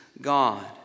God